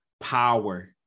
power